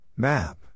Map